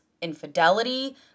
infidelity